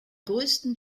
größten